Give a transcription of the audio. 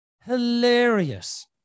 hilarious